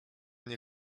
nie